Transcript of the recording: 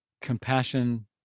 compassion